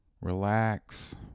relax